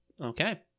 Okay